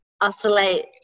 oscillate